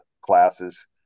classes